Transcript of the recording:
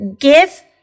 give